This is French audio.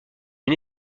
une